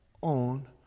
on